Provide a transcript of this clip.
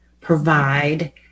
provide